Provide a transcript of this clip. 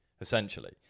essentially